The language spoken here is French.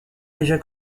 déjà